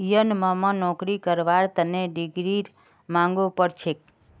यनमम नौकरी करवार तने डिग्रीर मांगो बढ़ छेक